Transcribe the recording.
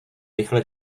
rychle